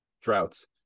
droughts